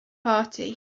party